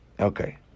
Okay